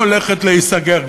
הולכת להיסגר,